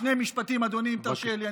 שני משפטים, אדוני, אם תרשה לי.